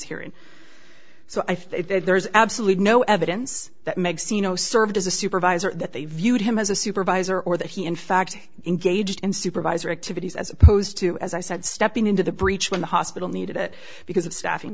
that there is absolutely no evidence that makes you know served as a supervisor that they viewed him as a supervisor or that he in fact engaged in supervisor activities as opposed to as i said stepping into the breach when the hospital needed it because of staffing